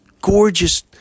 gorgeous